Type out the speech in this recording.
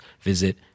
visit